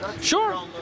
Sure